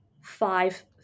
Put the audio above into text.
five